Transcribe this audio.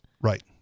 Right